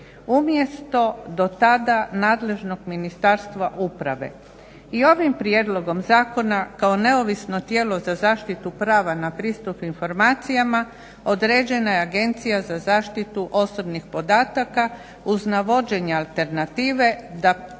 umjesto do tada nadležnog Ministarstva uprave. I ovim prijedlogom zakona kao neovisno tijelo za zaštitu prava na pristup informacijama određena je Agencija za zaštitu osobnih podataka uz navođenje alternative da poslove